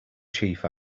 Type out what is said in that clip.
chief